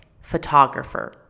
photographer